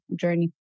journey